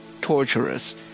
torturous